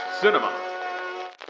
Cinema